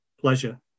pleasure